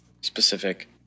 specific